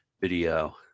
video